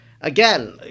again